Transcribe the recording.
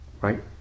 right